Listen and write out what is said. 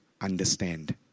understand